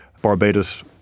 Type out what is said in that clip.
Barbados